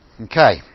Okay